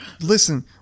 Listen